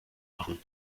machen